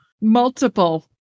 Multiple